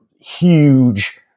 huge